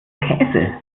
käse